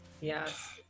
Yes